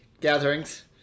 gatherings